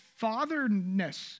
fatherness